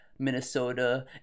Minnesota